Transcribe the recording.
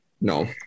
No